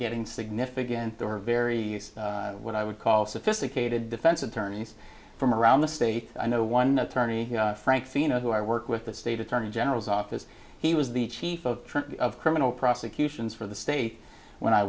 getting significant there are very what i would call sophisticated defense attorneys from around the state i know one attorney frank pheno who i work with the state attorney general's office he was the chief of criminal prosecutions for the state when i